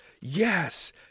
yes